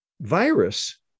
virus